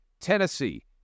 Tennessee